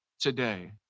today